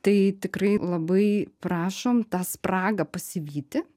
tai tikrai labai prašom tą spragą pasivyti